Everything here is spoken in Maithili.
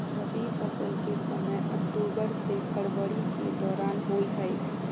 रबी फसल के समय अक्टूबर से फरवरी के दौरान होय हय